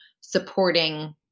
supporting